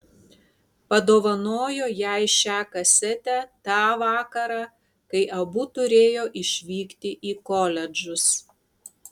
padovanojo jai šią kasetę tą vakarą kai abu turėjo išvykti į koledžus